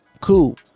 cool